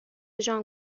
جان